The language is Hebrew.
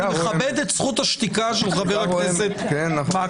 אני מכבד את זכות השתיקה של חה"כ מקלב.